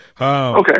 Okay